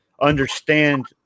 understand